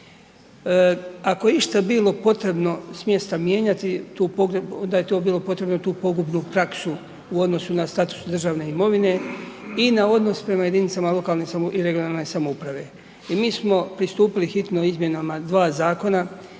Ako je išta bilo potrebno smjesta mijenjati tu, onda je to bilo potrebno tu pogubnu praksu u odnosu na status državne imovine i na odnos prema jedinicama lokalne i regionalne samouprave. I mi smo pristupili hitno izmjenama 2 zakona,